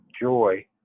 joy